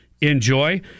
enjoy